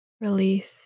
release